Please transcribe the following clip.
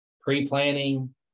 Pre-planning